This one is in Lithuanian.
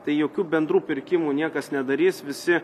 tai jokių bendrų pirkimų niekas nedarys visi